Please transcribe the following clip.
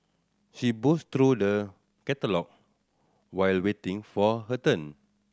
she browsed through the catalogue while waiting for her turn